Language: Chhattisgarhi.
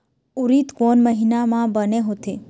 उरीद कोन महीना म बने होथे?